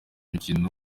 mukino